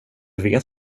vet